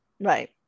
Right